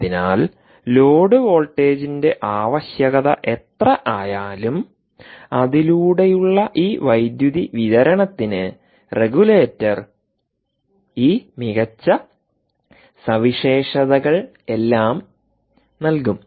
അതിനാൽ ലോഡ് വോൾട്ടേജിന്റെ ആവശ്യകത എത്ര ആയാലും അതിലൂടെയുള്ള ഈ വൈദ്യുതി വിതരണത്തിന് റെഗുലേറ്റർ ഈ മികച്ച സവിശേഷതകളെല്ലാം നൽകും